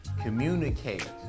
communicate